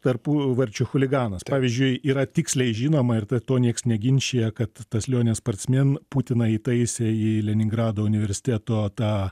tarpuvarčio chuliganas pavyzdžiui yra tiksliai žinoma ir to nieks neginčija kad tas lionė sparcmėn putiną įtaisė į leningrado universiteto tą